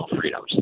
freedoms